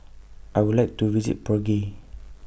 I Would like to visit Prague